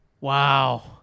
Wow